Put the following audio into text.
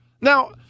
Now